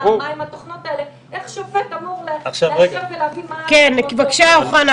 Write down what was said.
איך שופט אמור לאשר ולהבין --- אוחנה,